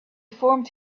formed